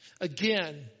again